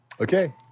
Okay